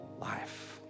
life